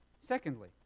Secondly